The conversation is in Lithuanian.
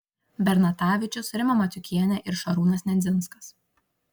bernatavičius rima matiukienė ir šarūnas nedzinskas